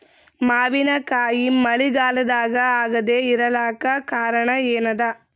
ಮಾವಿನಕಾಯಿ ಮಳಿಗಾಲದಾಗ ಆಗದೆ ಇರಲಾಕ ಕಾರಣ ಏನದ?